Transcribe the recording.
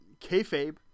kayfabe